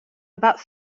about